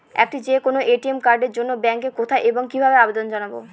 একটি যে কোনো এ.টি.এম কার্ডের জন্য ব্যাংকে কোথায় এবং কিভাবে আবেদন জানাব?